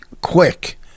quick